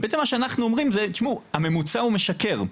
ובעצם מה שאנחנו אומרים, תשמעו, הממוצע הוא משקר.